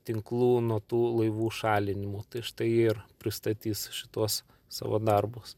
tinklų nuo tų laivų šalinimų tai štai ir pristatys šituos savo darbus